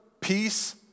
peace